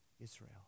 Israel